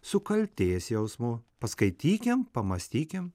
su kaltės jausmu paskaitykim pamąstykim